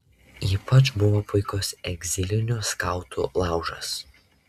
ypač puikus buvo egzilinių skautų laužas